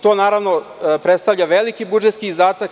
To, naravno, predstavlja veliki budžetski izdatak.